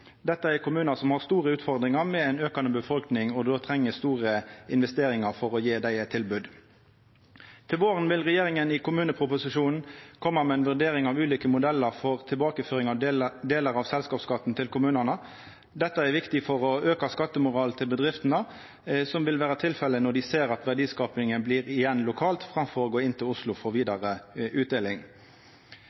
Dette er kommunar som har store utfordringar med ei aukande befolkning og difor treng store investeringar for å gje dei eit tilbod. Til våren vil regjeringa i kommuneproposisjonen koma med ei vurdering av ulike modellar for tilbakeføring av delar av selskapsskatten til kommunane. Dette er viktig for å auka skattemoralen til bedriftene, som vil vera tilfellet når dei ser at verdiskapinga blir igjen lokalt, framfor å gå til Oslo for vidare utdeling.